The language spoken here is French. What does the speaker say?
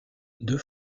deux